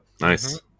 Nice